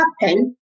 happen